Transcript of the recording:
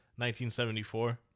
1974